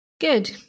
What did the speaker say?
Good